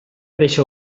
deixa